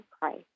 Christ